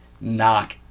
knock